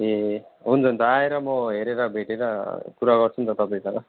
ए हुन्छ नि त आएर म हेरेर भेटेर कुरा गर्छु नि त तपाईँसँग